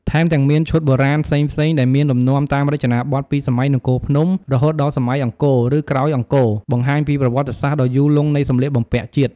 ថែមទាំងមាន ឈុតបុរាណផ្សេងៗ ដែលមានលំនាំតាមរចនាបថពីសម័យនគរភ្នំ រហូតដល់សម័យអង្គរ ឬក្រោយអង្គរ បង្ហាញពីប្រវត្តិសាស្ត្រដ៏យូរលង់នៃសម្លៀកបំពាក់ជាតិ។